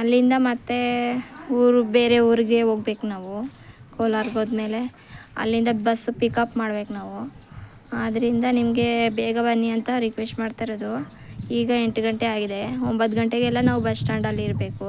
ಅಲ್ಲಿಂದ ಮತ್ತೇ ಊರುಗ್ ಬೇರೆ ಊರಿಗೆ ಓಗ್ಬೇಕ್ ನಾವು ಕೋಲಾರ್ಗ್ ಓದ್ಮೇಲೆ ಅಲ್ಲಿಂದ ಬಸ್ ಪಿಕ್ಅಪ್ ಮಾಡ್ಬೇಕ್ ನಾವು ಆದ್ರಿಂದ ನಿಮ್ಗೆ ಬೇಗ ಬನ್ನಿ ಅಂತ ರಿಕ್ವೆಸ್ಟ್ ಮಾಡ್ತಿರೋದು ಈಗ ಎಂಟ್ ಗಂಟೆ ಆಗಿದೆ ಒಂಬತ್ತ್ ಗಂಟೆಗೆಲ್ಲ ನಾವ್ ಬಸ್ ಸ್ಟ್ಯಾಂಡಲ್ಲಿರ್ಬೇಕು